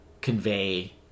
convey